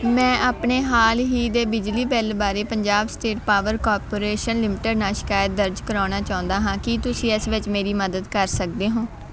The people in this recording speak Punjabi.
ਮੈਂ ਆਪਣੇ ਹਾਲ ਹੀ ਦੇ ਬਿਜਲੀ ਬਿੱਲ ਬਾਰੇ Punjab state power corporation limited ਨਾਲ ਸ਼ਿਕਾਇਤ ਦਰਜ ਕਰਾਉਣਾ ਚਾਹੁੰਦਾ ਹਾਂ ਕੀ ਤੁਸੀਂ ਇਸ ਵਿੱਚ ਮੇਰੀ ਮਦਦ ਕਰ ਸਕਦੇ ਹੋ